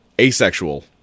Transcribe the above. asexual